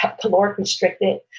caloric-restricted